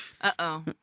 Uh-oh